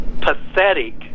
pathetic